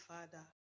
Father